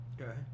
okay